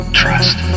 trust